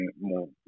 more